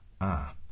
Ah